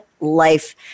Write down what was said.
life